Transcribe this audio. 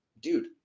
dude